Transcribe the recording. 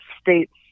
states